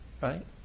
right